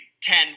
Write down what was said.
Ten